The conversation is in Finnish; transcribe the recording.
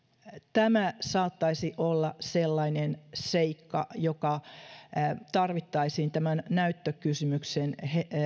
tämä saattaisi olla sellainen seikka joka tarvittaisiin tämän näyttökysymyksen